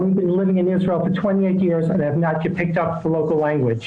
אני גר בישראל כבר 28 שנים ועדיין לא קלטתי את השפה המקומית.